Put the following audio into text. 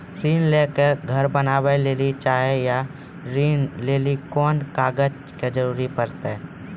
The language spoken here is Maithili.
ऋण ले के घर बनावे लेली चाहे या ऋण लेली कोन कागज के जरूरी परतै?